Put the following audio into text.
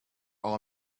our